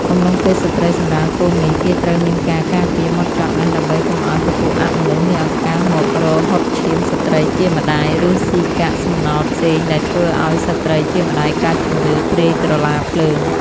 កំឡុងពេលស្ត្រីសម្រាលកូននេះគេត្រូវមានការការពារហ្មត់ចត់ណាស់ដើម្បីកុំឲ្យពពួកអមនុស្សមានឱកាសមករកហុតឈាមស្ត្រីជាម្តាយឬសុីកាកសំណល់ផ្សេងដែលធ្វើឲ្យស្រ្តីជាម្តាយកើតជំងឺព្រាយក្រឡាភ្លើង